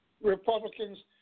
Republicans